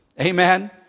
Amen